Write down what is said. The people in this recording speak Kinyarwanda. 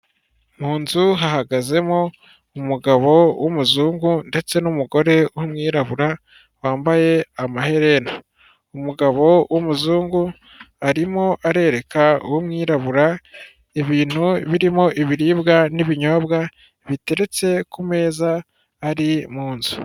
Mu nzu hahagazemo umugabo w'umuzungu ndetse n'umugore w'umwirabura wambaye amaherena, umugabo w'umuzungu arimo arereka uw'umwirabura ibintu birimo ibiribwa n'ibinyobwa biteretse ku meza ari mu nzu.